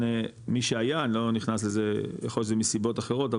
מי שהיה אני לא נכנס לזה יכול להיות שזה מסיבות אחרות,